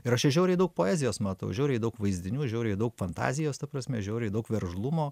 ir aš čia žiauriai daug poezijos matau žiauriai daug vaizdinių žiauriai daug fantazijos ta prasme žiauriai daug veržlumo